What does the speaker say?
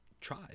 try